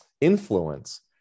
influence